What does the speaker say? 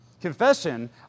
Confession